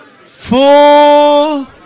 Full